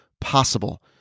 possible